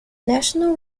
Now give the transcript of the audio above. national